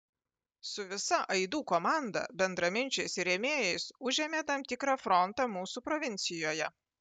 su visa aidų komanda bendraminčiais ir rėmėjais užėmė tam tikrą frontą mūsų provincijoje